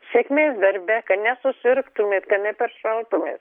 sėkmės darbe kad nesusirgtumėt kad neperšaltumėt